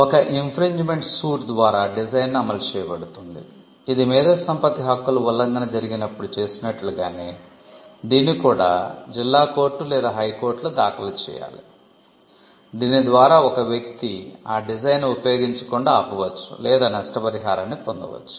ఒక infringement suit ని ఉపయోగించకుండా ఆపవచ్చు లేదా నష్టపరిహారాన్ని పొందవచ్చు